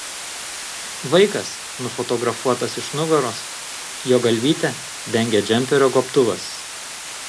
vaikas nufotografuotas iš nugaros jo galvytę dengia džemperio gobtuvas